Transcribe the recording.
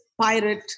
pirate